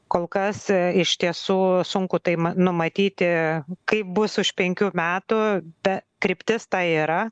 kol kas iš tiesų sunku tai m numatyti kaip bus už penkių metų ta kryptis ta yra